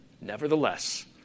Nevertheless